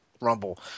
Rumble